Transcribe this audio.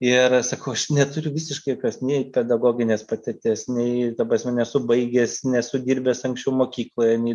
ir sakau aš neturiu visiškai kas nei pedagoginės patirties nei ta prasme nesu baigęs nesu dirbęs anksčiau mokykloj nei